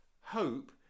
hope